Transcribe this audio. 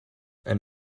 and